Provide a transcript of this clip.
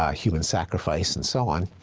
ah human sacrifice, and so on.